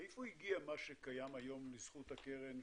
מאיפה הגיע מה שקיים היום לזכות הקרן?